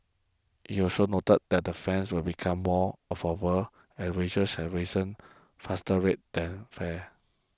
he also noted that fares will become more affordable as wages have risen faster rate than fares